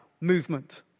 movement